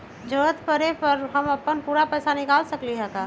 जरूरत परला पर हम अपन पूरा पैसा निकाल सकली ह का?